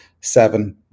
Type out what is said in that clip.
seven